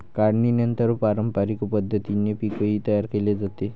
काढणीनंतर पारंपरिक पद्धतीने पीकही तयार केले जाते